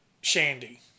Shandy